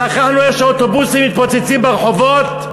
שכחנו איך שאוטובוסים מתפוצצים ברחובות?